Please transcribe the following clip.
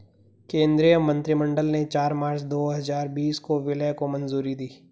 केंद्रीय मंत्रिमंडल ने चार मार्च दो हजार बीस को विलय को मंजूरी दी